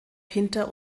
hinter